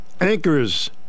Anchors